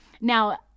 Now